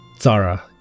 Zara